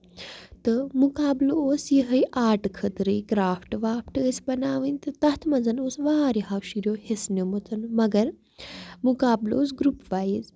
تہٕ مُقابلہٕ اوس یِہوے آرٹہٕ خٲطرٕ یہِ کرافٹ وافٹ ٲسۍ بَناؤنۍ تہٕ تَتھ منٛز اوس واریاہو شُریو حِصہٕ نِمُت مَگر مُقابلہٕ اوس گروٚپ وایِز